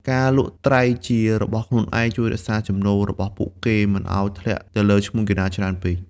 ការលក់ត្រីជារបស់ខ្លួនឯង ជួយរក្សា ចំណូល របស់ពួកគេមិនឱ្យធ្លាក់ទៅលើឈ្មួញកណ្តាលច្រើនពេក។